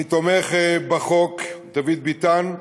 אני תומך בחוק, דוד ביטן,